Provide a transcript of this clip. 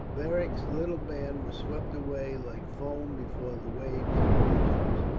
beric's little band was swept away like foam before the wave of fugitives.